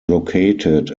located